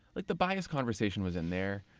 like the bias conversation was in there.